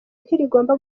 ntirigomba